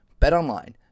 BetOnline